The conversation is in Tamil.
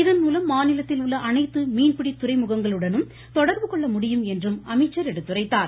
இதன்மூலம் மாநிலத்தில் உள்ள அனைத்து மீன்பிடி துறைமுகங்களுடனும் தொடர்பு கொள்ள முடியும் என்றும் அவர் குறிப்பிட்டார்